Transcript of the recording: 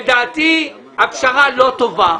לדעתי הפשרה לא טובה.